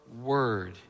word